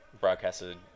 broadcasted